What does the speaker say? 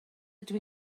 ydw